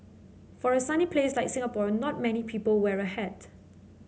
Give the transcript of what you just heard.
for a sunny place like Singapore not many people wear a hat